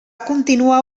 continuar